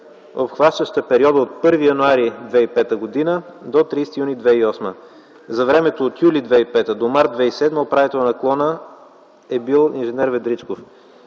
обхващаща периода от 1 януари 2005 г. до 30 юни 2008 г. За времето от м. юли 2005 г. до м. март 2007 г. управител на клона е бил инженер Ведричков.